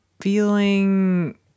feeling